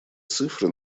цифры